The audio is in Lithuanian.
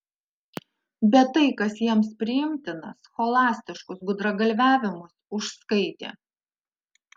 bet tai kas jiems priimtina scholastiškus gudragalviavimus užskaitė